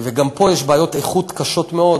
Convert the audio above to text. וגם פה יש בעיות איכות קשות מאוד,